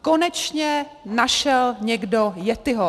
Konečně našel někdo yettiho.